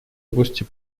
области